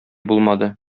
булмады